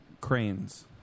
cranes